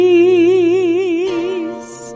Peace